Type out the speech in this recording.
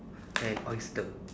than oyster